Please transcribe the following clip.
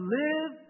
live